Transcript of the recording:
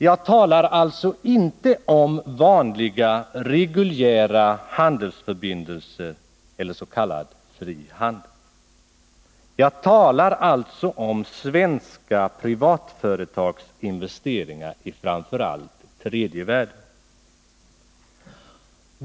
Jag talar alltså inte om vanliga reguljära handelsförbindelser eller s.k. fri handel. Jag talar om svenska privatföretags investeringar i framför allt tredje världen.